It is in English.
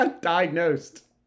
Diagnosed